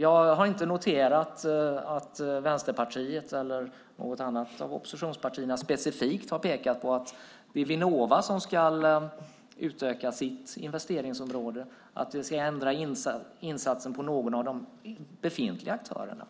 Jag har inte noterat att Vänsterpartiet eller något annat av oppositionspartierna specifikt har pekat på att det är Vinnova som ska utöka sitt investeringsområde, att vi ska ändra insatsen på någon av de befintliga aktörerna.